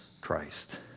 Christ